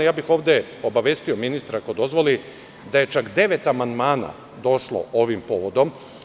Ovde bih obavestio ministra, ako dozvoli, da je čak devet amandmana došlo ovim povodom.